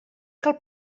que